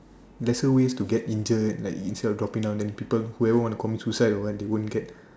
lesser ways to get injured like instead of dropping down then people whoever wanna commit suicide or what they wont get